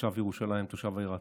כתושב ירושלים, תושב העיר העתיקה.